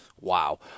Wow